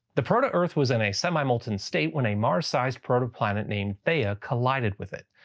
the proto-earth was in a semi-molten state when a mars-sized protoplanet named theia collided with it.